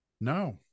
No